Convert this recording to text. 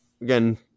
again